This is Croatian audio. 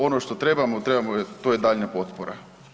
Ono što trebamo trebamo je, to je daljnja potpora.